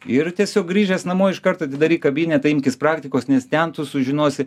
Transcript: ir tiesiog grįžęs namo iš karto atidaryk kabinetą imkis praktikos nes ten tu sužinosi